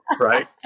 right